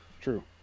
True